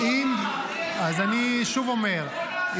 אז אני שוב אומר,